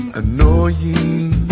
annoying